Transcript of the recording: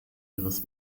ihres